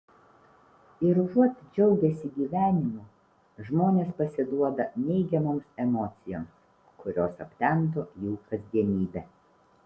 ir užuot džiaugęsi gyvenimu žmonės pasiduoda neigiamoms emocijoms kurios aptemdo jų kasdienybę